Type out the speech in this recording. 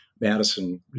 Madison